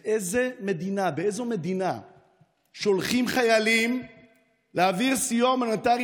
באיזה מדינה שולחים חיילים להעביר סיוע הומניטרי